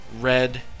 red